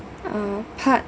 um part